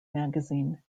magazine